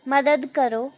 ਮਦਦ ਕਰੋ